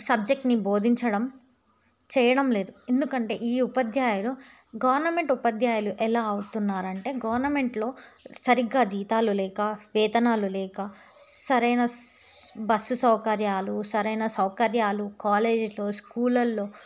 సబ్జెక్ట్ని బోధించడం చేయడం లేదు ఎందుకంటే ఈ ఉపాధ్యాయులు గవర్నమెంట్ ఉపాధ్యాయులు ఎలా అవుతున్నారు అంటే గవర్నమెంట్లో సరిగ్గా జీతాలు లేక వేతనాలు లేక సరైన స్ బస్సు సౌకర్యాలు సరైన సౌకర్యాలు కాలేజీలో స్కూళ్ళల్లో